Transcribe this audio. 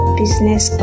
business